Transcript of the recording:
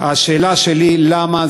שאתה פורץ הדרך, ואני מברך על